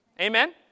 Amen